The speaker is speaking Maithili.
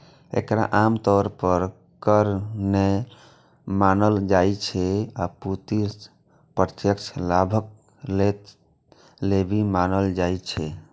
एकरा आम तौर पर कर नै मानल जाइ छै, अपितु प्रत्यक्ष लाभक लेल लेवी मानल जाइ छै